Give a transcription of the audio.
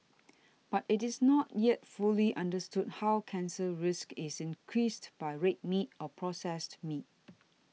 but it is not yet fully understood how cancer risk is increased by red meat or processed meat